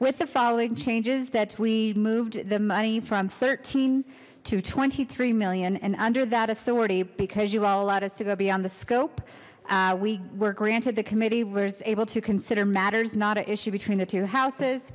with the following changes that we moved the money from thirteen to twenty three million and under that authority because you all allowed us to go beyond the scope we were granted the committee was able to consider matters not at issue between the two houses